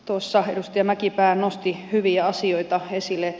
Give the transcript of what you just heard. tuossa edustaja mäkipää nosti hyviä asioita esille